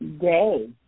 day